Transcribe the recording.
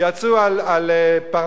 יצאו על פרנסה,